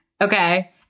Okay